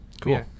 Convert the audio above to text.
cool